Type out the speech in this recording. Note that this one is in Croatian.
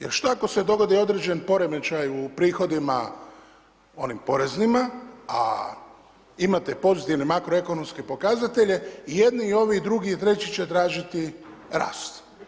Jer šta ako se dogodi određeni poremećaj u prihodima, oni poreznima, a imate pozitivne makroekonomske pokazatelji i jedni i drugi i treći će tražiti rast.